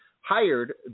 hired